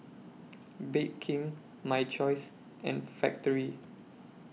Bake King My Choice and Factorie